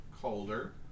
colder